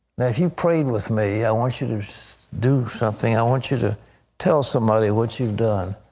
if you prayed with me, i want you to do something. i want you to tell somebody what you've done.